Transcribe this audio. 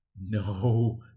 no